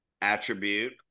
attribute